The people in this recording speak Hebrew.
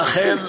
לכן,